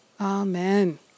Amen